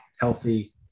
healthy